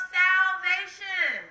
salvation